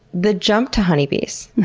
the jump to honey bees.